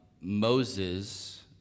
moses